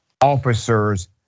officers